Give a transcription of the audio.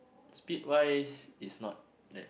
speed wise is not that